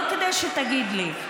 לא כדי שתגיד לי.